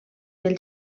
del